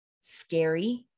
scary